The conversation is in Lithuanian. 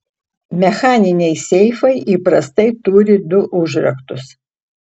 mechaniniai seifai įprastai turi du užraktus